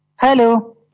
Hello